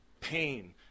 pain